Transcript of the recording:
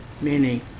meaning